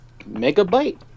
megabyte